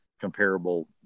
comparable